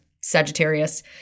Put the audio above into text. Sagittarius